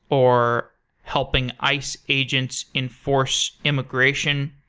or helping ice agents enforce immigration.